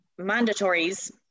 mandatories